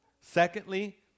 Secondly